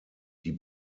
die